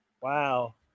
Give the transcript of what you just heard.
wow